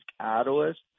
catalyst